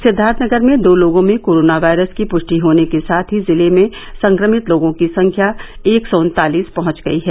सिद्वार्थनगर में दो लोगों में कोरोना वायरस की पुष्टि होने के साथ ही जिले में संक्रमित लोगों की संख्या एक सौ उन्तालीस पहुंच गयी है